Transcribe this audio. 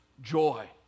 joy